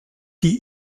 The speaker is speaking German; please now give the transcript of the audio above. die